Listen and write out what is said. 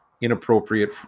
inappropriate